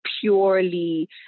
purely